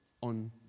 on